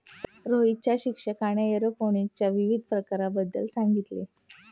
रोहितच्या शिक्षकाने एरोपोनिक्सच्या विविध प्रकारांबद्दल सांगितले